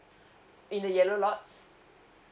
in the yellow lots